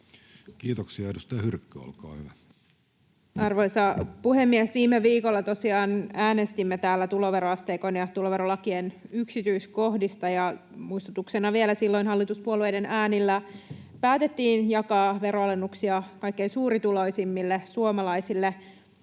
muuttamisesta Time: 19:00 Content: Arvoisa puhemies! Viime viikolla tosiaan äänestimme täällä tuloveroasteikon ja tuloverolakien yksityiskohdista, ja muistutuksena vielä: silloin hallituspuolueiden äänillä päätettiin jakaa veronalennuksia kaikkein suurituloisimmille suomalaisille.